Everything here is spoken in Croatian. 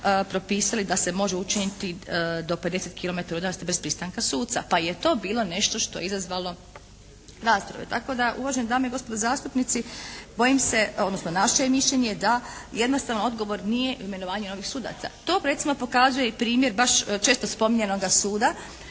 propisali da se može učiniti do 50 kilometara udaljenosti bez pristanka suca, pa je to bilo nešto što je izazvalo rasprave. Tako da uvažene dame i gospodo zastupnici bojim se odnosno naše je mišljenje da jednostavno odgovor nije imenovanje novih sudaca. To recimo pokazuje i primjer baš često spominjanoga suda